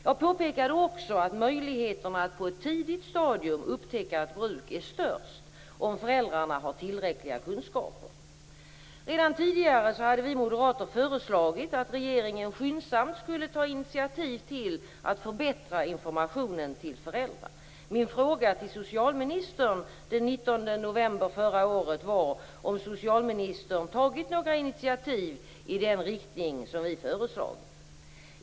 Jag påpekade också att möjligheterna att på ett tidigt stadium upptäcka ett bruk är störst om föräldrarna har tillräckliga kunskaper. Redan tidigare hade vi moderater föreslagit att regeringen skyndsamt skulle ta initiativ till att förbättra informationen till föräldrar. Min fråga till socialministern den 19 november förra året var om socialministern tagit några initiativ i den riktning som vi föreslagit.